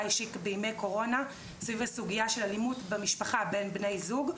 השיק בימי קורונה סביב הסוגיה של אלימות במשפחה בין בני זוג.